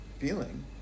feeling